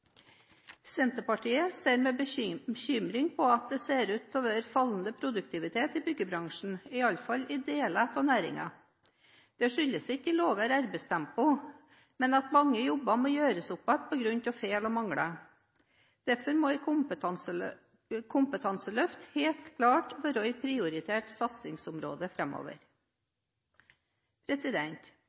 Senterpartiet ser med bekymring på at det ser ut til å være fallende produktivitet i byggebransjen, iallfall i deler av næringen. Det skyldes ikke lavere arbeidstempo, men at mange jobber må gjøres opp att på grunn av feil og mangler. Derfor må et kompetanseløft helt klart være et prioritert satsingsområde